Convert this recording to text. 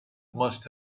must